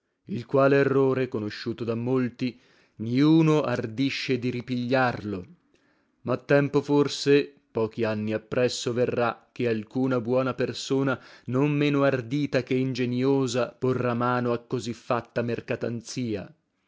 il quale errore conosciuto da molti niuno ardisce di ripigliarlo ma tempo forse pochi anni appresso verrà che alcuna buona persona non meno ardita che ingeniosa porrà mano a così fatta